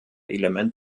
element